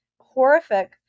horrific